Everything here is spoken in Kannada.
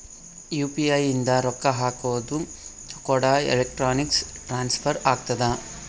ಯು.ಪಿ.ಐ ಇಂದ ರೊಕ್ಕ ಹಕೋದು ಕೂಡ ಎಲೆಕ್ಟ್ರಾನಿಕ್ ಟ್ರಾನ್ಸ್ಫರ್ ಆಗ್ತದ